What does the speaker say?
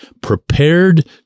prepared